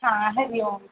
हा हरि ओम